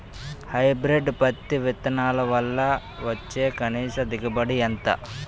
Hybrid పత్తి విత్తనాలు వల్ల వచ్చే కనీస దిగుబడి ఎంత?